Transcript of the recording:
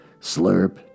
Slurp